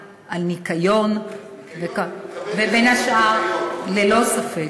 בניקיון, אז ניקיון, ללא ספק.